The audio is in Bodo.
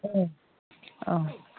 औ औ